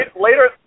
later